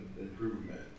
improvement